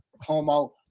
Homo